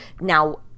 now